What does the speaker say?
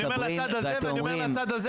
אני אומר לצד הזה ואני אומר לצד הזה גם.